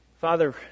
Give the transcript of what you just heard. Father